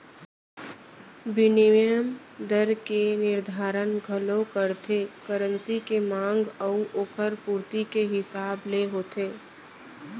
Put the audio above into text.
बिनिमय दर के निरधारन घलौ करथे करेंसी के मांग अउ ओकर पुरती के हिसाब ले होथे